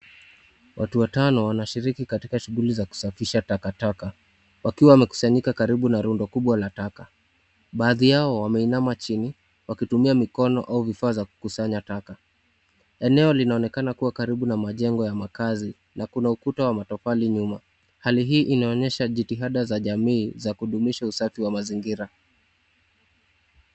Watu watano wanashiriki katika shughuli za kusafisha takataka wakiwa wamekusanyika karibu na rundo kubwa la taka. Baadhi yao wameinama chini wakitumia mikono au vifaa za kukusanya taka. Eneo linaonekana kuwa karibu na majengo ya makazi na kuna ukuta wa matofali nyuma hali hii inaonyesha jitihada za jamii za kudumisha usafi wa mazingira.